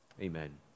Amen